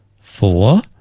Four